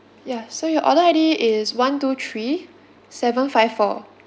ya so your order I_D is one two three seven five four